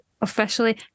officially